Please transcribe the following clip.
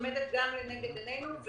עומדת גם לנגד עינינו.